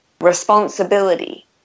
responsibility